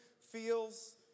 feels